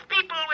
people